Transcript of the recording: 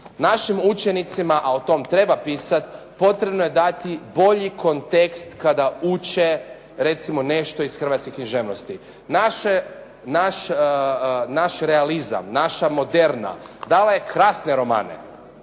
Našim učenicima, a o tome treba pisati potrebno je dati bolji kontekst kada uče recimo nešto iz hrvatske književnosti. Naš realizam, naša moderna dala je krasne romane,